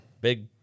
big